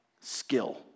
skill